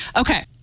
Okay